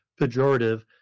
pejorative